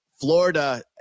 Florida